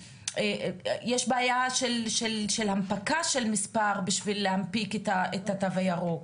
יש בעיה של הנפקה של מספר בשביל להנפיק את התו הירוק.